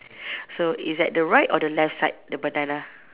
so it's at the right or the left side the banana